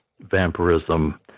vampirism